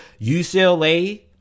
UCLA